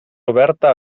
oberta